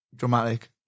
Dramatic